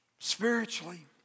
Spiritually